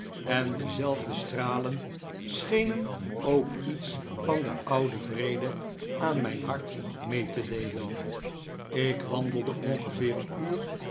en diezelfde stralen schenen ook iets van den ouden vrede aan mijn hart mee te deelen ik wandelde ongeveer een uurtje